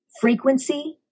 Frequency